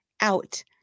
out